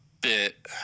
bit